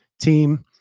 team